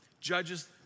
judges